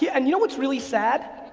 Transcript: yeah and you know what's really sad,